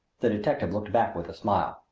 the detective looked back with a smile.